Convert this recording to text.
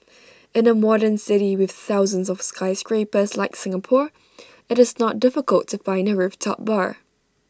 in A modern city with thousands of skyscrapers like Singapore IT is not difficult to find A rooftop bar